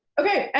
okay,